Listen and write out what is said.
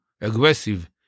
aggressive